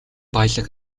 баялаг